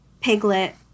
Piglet